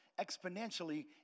exponentially